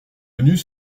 venues